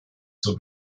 zur